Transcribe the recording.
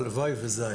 הלוואי וזה היה.